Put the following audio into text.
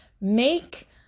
Make